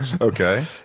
Okay